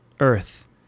Earth